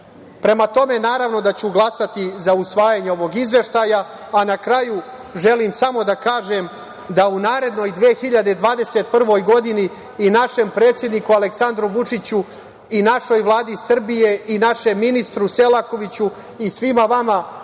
tome, naravno da ću glasati za usvajanje ovog izveštaja, a na kraju želim samo da kažem da u narednoj 2021. godini i našem predsedniku Aleksandru Vučiću i našoj Vladi Srbije i našem ministru Selakoviću i svima vama